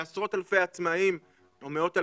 לעשרות אלפי עצמאים או מאות אלפים?